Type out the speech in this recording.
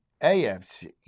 AFC